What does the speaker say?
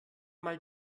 mal